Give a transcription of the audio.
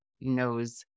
knows